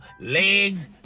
legs